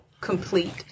complete